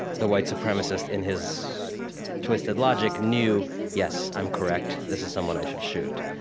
the white supremacist in his twisted logic knew, yes, i'm correct, this is someone i should shoot.